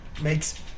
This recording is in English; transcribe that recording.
makes